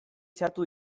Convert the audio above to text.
sartu